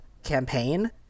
campaign